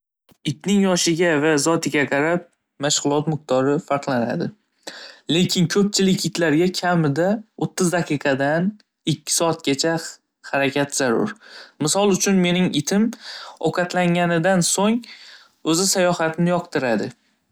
Itning yoshiga va zotiga qarab mashg'ulot miqdori farqlanadi. Lekin ko'pchilik itlarga kamida o'ttiz daqiqadan ikki soatgacha harakat zarur. Misol uchun mening itim ovqatlanganidan so'ng o'zi sayohatni yoqtiradi.